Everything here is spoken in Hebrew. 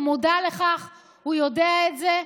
הוא מודע לכך, הוא יודע את זה.